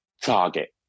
target